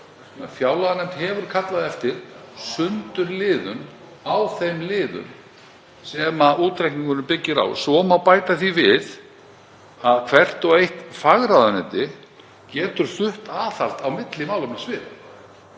Fjárlaganefnd hefur kallað eftir sundurliðun á þeim liðum sem útreikningurinn byggir á. Svo má bæta því við að hvert og eitt fagráðuneyti getur flutt aðhald á milli málefnasviða.